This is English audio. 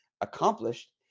accomplished